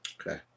Okay